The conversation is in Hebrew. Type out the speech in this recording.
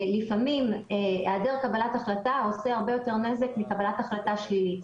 לפעמים היעדר קבלת החלטה עושה הרבה יותר נזק מקבלת החלטה שלילית.